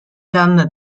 dame